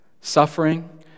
suffering